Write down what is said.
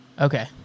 Okay